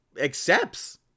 accepts